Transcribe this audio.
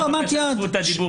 בזוגיות להט"בית.